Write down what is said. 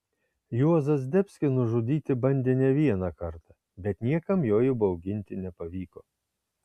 juozą zdebskį nužudyti bandė ne vieną kartą bet niekam jo įbauginti nepavyko